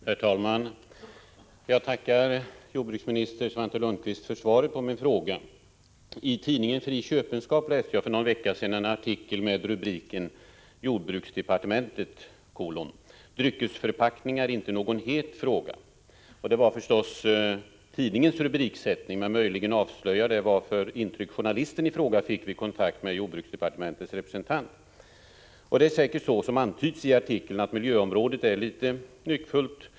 Herr talman! Jag tackar jordbruksminister Svante Lundkvist för svaret på min fråga. I tidningen Fri Köpenskap läste jag för någon vecka sedan en artikel med rubriken ”Jordbruksdepartementet: dryckesförpackningar inte någon het fråga”. Det var naturligtvis tidningens rubriksättning, men möjligen avslöjar det vad för ett intryck journalisten i fråga fick vid kontakt med jordbruksdepartementets representant. Det är säkert så som det antyds i artikeln, att miljöområdet är litet nyckfullt.